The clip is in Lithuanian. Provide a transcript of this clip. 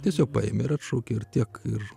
tiesiog paėmė ir atšaukė ir tiek ir